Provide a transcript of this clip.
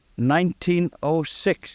1906